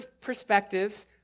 perspectives